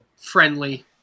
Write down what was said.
friendly